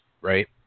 right